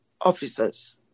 officers